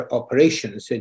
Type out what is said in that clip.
operations